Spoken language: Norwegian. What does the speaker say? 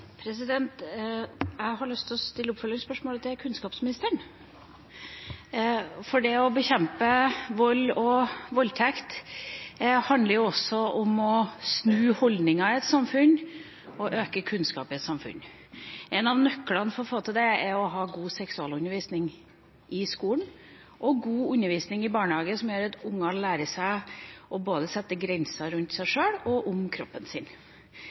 Jeg har lyst til å stille oppfølgingsspørsmålet til kunnskapsministeren. Det å bekjempe vold og voldtekt handler også om å snu holdninger i et samfunn og bygge kunnskap i et samfunn. En av nøklene for å få til det er å ha god seksualundervisning i skolen og god undervisning i barnehagen, som gjør at barna lærer seg både å sette grenser rundt seg selv og om kroppen sin.